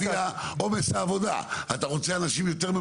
בסעיף קטן (א1),